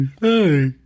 hey